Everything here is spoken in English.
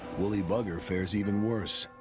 woolly bugger fares even worse.